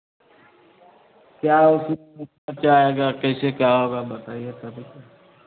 क्या उसमें खर्च आएगा कैसे क्या होगा बताईए पहले तो